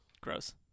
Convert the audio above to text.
Gross